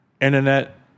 Internet